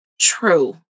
true